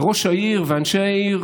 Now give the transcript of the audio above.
וראש העיר ואנשי העיר